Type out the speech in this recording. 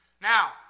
Now